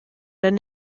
denn